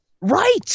Right